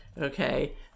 okay